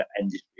industry